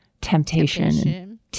temptation